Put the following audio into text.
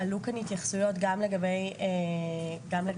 עלו כאן התייחסות גם לגבי איג"י,